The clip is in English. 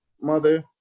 mother